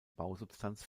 bausubstanz